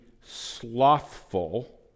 slothful